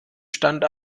stand